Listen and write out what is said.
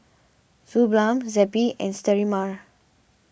Suu Balm Zappy and Sterimar